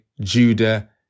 Judah